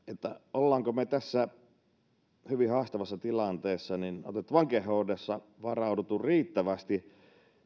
olemmeko me tässä hyvin haastavassa tilanteessa vankeinhoidossa varautuneet riittävästi